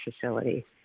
facility